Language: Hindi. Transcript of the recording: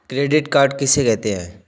क्रेडिट कार्ड किसे कहते हैं?